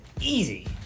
easy